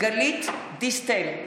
גלית דיסטל,